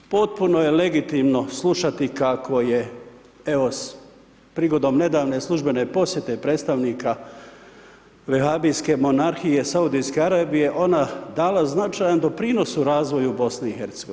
Potpuno je legitimno slušati kako je evo prigodom nedavne službene posjete predstavnika vehabijske monarhije Saudijske Arabije ona dala značajan doprinos u razvoju BiH.